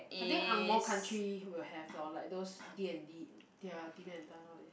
I think ang-moh country will have lor like those D and D ya dinner and dance all this